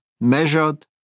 measured